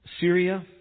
Syria